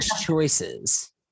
choices